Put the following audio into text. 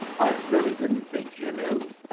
i really didn't think you knew.